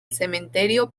cementerio